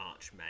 Archmage